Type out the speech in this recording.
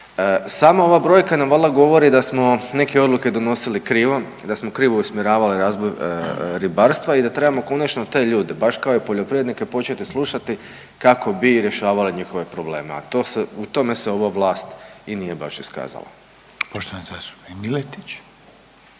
Sama ova brojka nam valjda govori da smo neke odluke donosili krivo, da smo krivo usmjeravali razvoj ribarstva i da trebamo konačno te ljude baš kao i poljoprivrednike početi slušati kako bi rješavali njihove probleme, a u tome se ova vlast i nije baš iskazala.